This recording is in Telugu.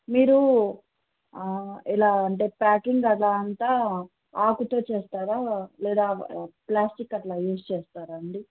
మీరు ఎలా అంటే ప్యాకింగ్ అలా అంతా ఆకుతో చేస్తారా లేదా ప్లాస్టిక్ అట్లా యూస్ చేస్తారా అండి